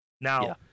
Now